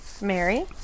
Mary